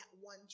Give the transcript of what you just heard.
one